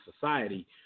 society